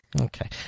Okay